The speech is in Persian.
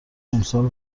امسال